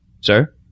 Sir